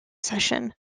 session